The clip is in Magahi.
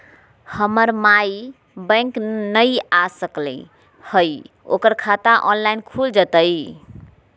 हमर माई बैंक नई आ सकली हई, ओकर खाता ऑनलाइन खुल जयतई?